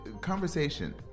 Conversation